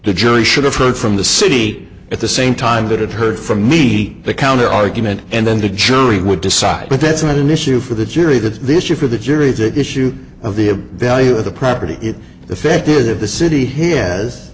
the jury should have heard from the city at the same time that it heard from meet the counter argument and then the jury would decide but that's not an issue for the jury that this your for the jury the issue of the value of the property the fact is if the city h